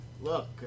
Look